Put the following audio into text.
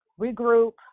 regroup